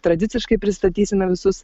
tradiciškai pristatysime visus